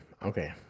Okay